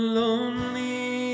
lonely